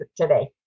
today